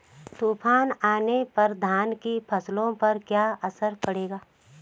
तूफान आने पर धान की फसलों पर क्या असर पड़ेगा?